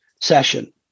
session